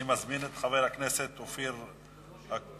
אני מזמין את חבר הכנסת אופיר אקוניס,